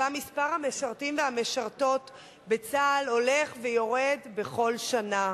שבה בישראל מספר המשרתים והמשרתות בצה"ל הולך ויורד בכל שנה,